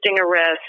arrest